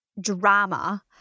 drama